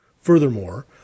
Furthermore